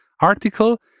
article